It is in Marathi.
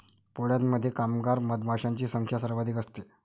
पोळ्यामध्ये कामगार मधमाशांची संख्या सर्वाधिक असते